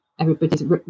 everybody's